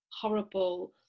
horrible